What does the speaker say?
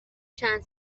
چند